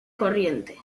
corriente